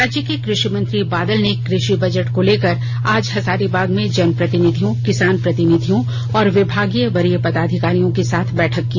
राज्य के कृषिमंत्री बादल ने कृषि बजट को लेकर आज हजारीबाग में जनप्रतिनिधियों किसान प्रतिनिधियों और विभागीय वरीय पदाधिकारियों के साथ बैठक की